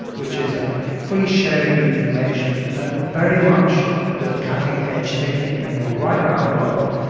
which is a ah free sharing of information, and that's very much the cutting-edge thinking going on right around the world,